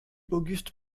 auguste